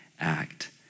act